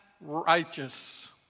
righteous